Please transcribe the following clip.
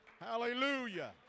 Hallelujah